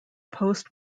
post